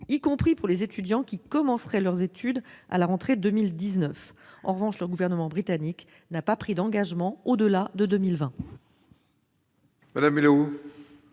y compris pour les étudiants qui commenceraient leurs études à la rentrée de 2019. En revanche, il n'a pas pris d'engagement au-delà de 2020.